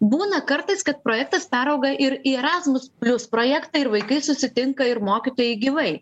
būna kartais kad projektas perauga ir į erasmus plius projektą ir vaikai susitinka ir mokytojai gyvai